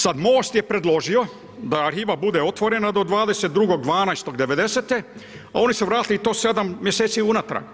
Sad Most je preložio da arhiva bude otvorena do 22.12.'90. a oni su vratili i to 7 mjeseci unatrag.